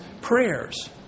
prayers